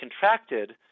contracted –